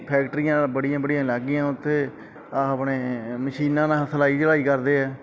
ਫੈਕਟਰੀਆਂ ਬੜੀਆਂ ਬੜੀਆਂ ਲੱਗ ਗਈਆਂ ਉੱਥੇ ਇਹ ਆਪਣੇ ਮਸ਼ੀਨਾਂ ਨਾਲ ਸਿਲਾਈ ਕਢਾਈ ਕਰਦੇ ਹੈ